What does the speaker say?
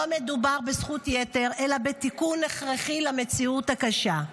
לא מדובר בזכות יתר אלא בתיקון הכרחי במציאות הקשה.